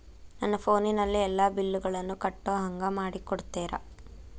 ನನ್ನ ಫೋನಿನಲ್ಲೇ ಎಲ್ಲಾ ಬಿಲ್ಲುಗಳನ್ನೂ ಕಟ್ಟೋ ಹಂಗ ಮಾಡಿಕೊಡ್ತೇರಾ?